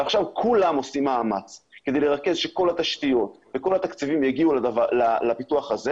ועכשיו כולם עושים מאמץ כדי שכל התשתיות וכל התקציבים יגיעו לפיתוח הזה